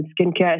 skincare